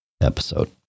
episode